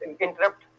Interrupt